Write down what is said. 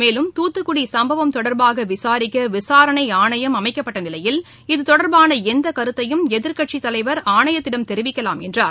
மேலும் துத்துக்குடி சம்பவம் தொடர்பாக விசாரிக்க விசாரணை ஆணையம் அமைக்கப்பட்ட நிலையில் இது தொடர்பான எந்த கருத்தையும் எதிர்க்கட்சித் தலைவர் ஆணையத்திடம் தெரிவிக்கலாம் என்றார்